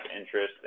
interest